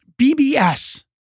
BBS